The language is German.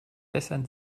bessern